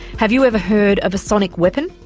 have you ever heard of a sonic weapon?